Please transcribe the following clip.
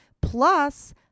plus